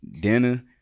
dinner